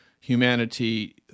humanity